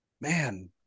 man